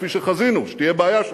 כפי שחזינו שתהיה בעיה שם.